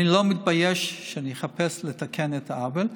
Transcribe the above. אני לא מתבייש לומר שאני אחפש לתקן את העוול,